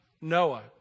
Noah